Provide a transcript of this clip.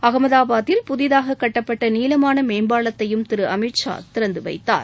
அகமதாபாத்தில் புதிதாக கட்டப்பட்ட நீளமான மேம்பாலத்தையும் திறந்து திரு அமித்ஷா திறந்து வைத்தார்